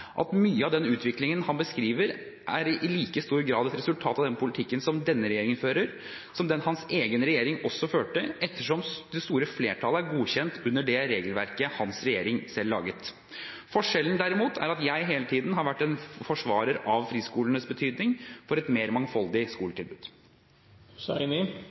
at mye av den utviklingen han beskriver, er i like stor grad et resultat av politikken som denne regjeringen fører, som den hans egen regjering førte, ettersom det store flertallet er godkjent under det regelverket hans regjering selv laget. Forskjellen derimot er at jeg hele tiden har vært en forsvarer av friskolenes betydning for et mer mangfoldig